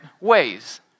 ways